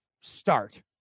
start